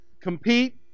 compete